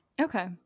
Okay